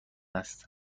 است